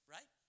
Right